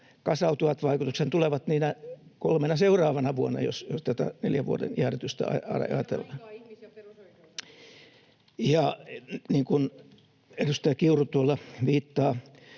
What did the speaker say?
kasautuvat vaikutuksethan tulevat niinä kolmena seuraavana vuonna, jos tätä neljän vuoden jäädytystä ajatellaan. [Krista Kiuru: Eikä